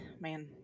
man